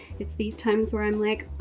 it's these times where i'm like,